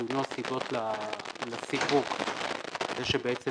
הסיבות לסיווג כאמור וכי בעל החשבון רשאי